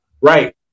right